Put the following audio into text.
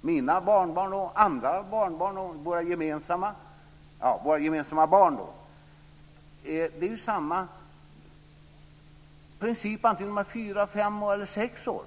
mina barnbarn och våra gemensamma barn. Det är samma princip vare sig barnet är fyra, fem eller sex år.